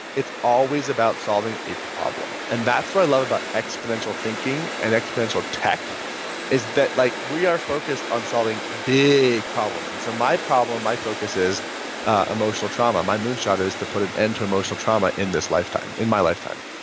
it's always about solving a problem. and that's what i love about exponential thinking and exponential tech is that like we are focused on solving big problems and so my problem, my focus is ah emotional trauma. my moonshot is to put an end to emotional trauma in this lifetime, in my lifetime,